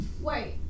wait